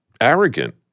arrogant